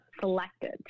selected